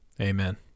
Amen